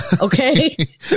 Okay